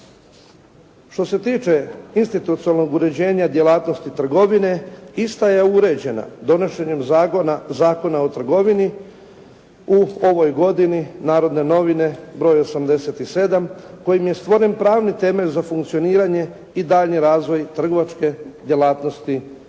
Što se tiče institucionalnog uređenja djelatnosti trgovine ista je uređena donošenjem Zakona o trgovini u ovoj godini, "Narodne novine" br. 87 kojim je stvoren pravni temelj za funkcioniranje i daljnji razvoj trgovačke djelatnosti u